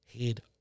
head